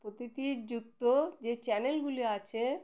ও T T যুক্ত যে চ্যানেলগুলি আছে